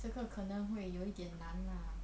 这个可能会有一点难 lah